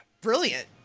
brilliant